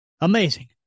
Amazing